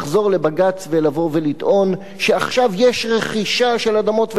לחזור לבג"ץ ולבוא לטעון שעכשיו יש רכישה של אדמות,